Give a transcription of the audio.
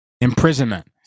imprisonment